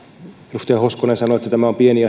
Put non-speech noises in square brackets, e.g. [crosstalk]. edustaja hoskonen sanoi että tämä on pieni [unintelligible]